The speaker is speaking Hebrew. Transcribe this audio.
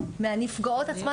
מהנפגעות עצמן,